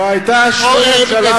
לא היתה שום ממשלה בישראל,